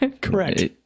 Correct